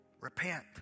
Repent